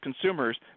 consumers